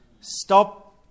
Stop